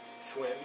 swim